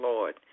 Lord